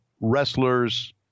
wrestlers